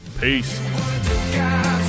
Peace